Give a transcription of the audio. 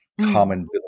common